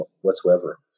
whatsoever